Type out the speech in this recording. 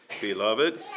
Beloved